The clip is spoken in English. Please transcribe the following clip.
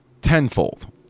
tenfold